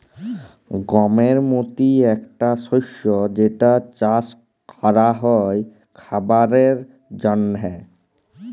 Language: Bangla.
গমের মতি একটা শস্য যেটা চাস ক্যরা হ্যয় খাবারের জন্হে